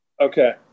Okay